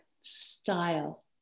style